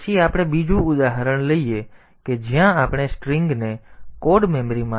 પછી આપણે બીજું ઉદાહરણ લઈએ કે જ્યાં આપણે સ્ટ્રિંગને કોડ મેમરીમાંથી RAM માં ખસેડી શકીએ